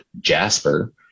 Jasper